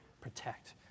protect